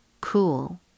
cool